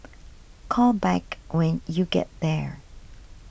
call back when you get there